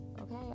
okay